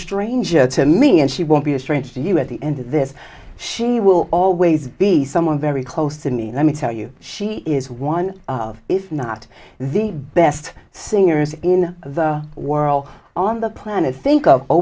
stranger to me and she won't be a stranger to you at the end of this she will always be someone very close to me and i me tell you she is one of if not the best singers in the world on the planet think of